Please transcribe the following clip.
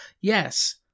Yes